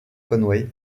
conway